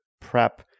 prep